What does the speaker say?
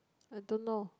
I don't know